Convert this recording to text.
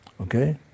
Okay